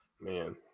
Man